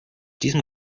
diesem